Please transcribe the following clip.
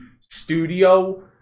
studio